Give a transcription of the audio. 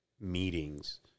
meetings